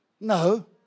No